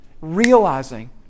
realizing